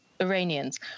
Iranians